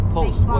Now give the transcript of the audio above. Post